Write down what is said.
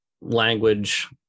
language